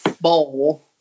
bowl